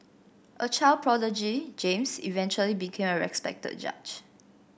a child prodigy James eventually became a respected judge